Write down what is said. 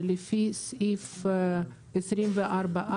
ולפי סעיף 24(א)